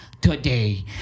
today